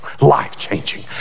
life-changing